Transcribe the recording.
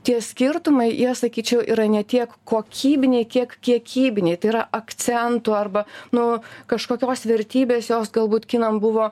tie skirtumai jie sakyčiau yra ne tiek kokybiniai kiek kiekybiniai tai yra akcentu arba nu kažkokios vertybės jos galbūt kinam buvo